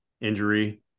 injury